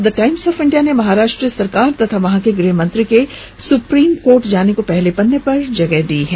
और the Times of India ने महाराष्ट्र सरकार और वहां के गृह मंत्री के सुप्रीम कोर्ट जाने को पहले पन्ने पर जगह दी है